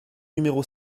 numéro